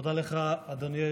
תודה לך, אדוני היושב-ראש,